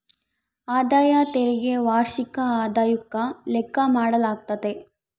ಆದಾಯ ತೆರಿಗೆ ವಾರ್ಷಿಕ ಆದಾಯುಕ್ಕ ಲೆಕ್ಕ ಮಾಡಾಲಾಗ್ತತೆ